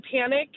panic